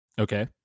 Okay